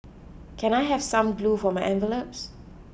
can I have some glue for my envelopes